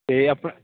ਅਤੇ ਆਪ